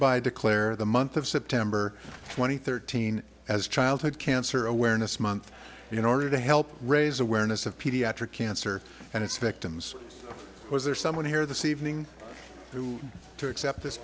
by declare the month of september twenty third teen as childhood cancer awareness month in order to help raise awareness of pediatric cancer and its victims was there someone here this evening to accept this